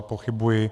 Pochybuji.